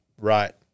Right